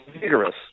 vigorous